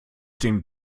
den